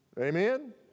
Amen